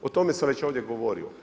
O tome sam već ovdje govorio.